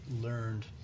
learned